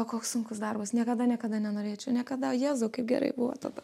koks sunkus darbas niekada niekada nenorėčiau niekada jėzau kaip gerai buvo tada